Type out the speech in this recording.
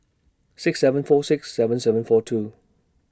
six seven four six seven seven four two